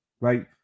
Right